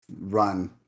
run